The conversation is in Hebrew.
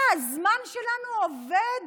מה, הזמן שלנו עובד